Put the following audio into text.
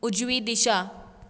उजवी दिशा